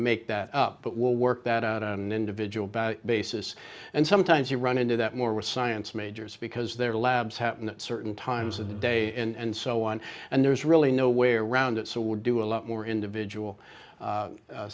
make that up but will work that out an individual basis and sometimes you run into that more with science majors because their labs happen at certain times of the day and so on and there's really no way around it so would do a lot more individual